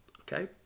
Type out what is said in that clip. Okay